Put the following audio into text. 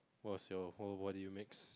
was you wha~ what did you mix